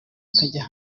akajya